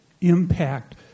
impact